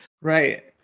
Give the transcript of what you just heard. Right